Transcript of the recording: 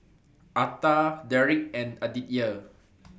Arta Deric and Aditya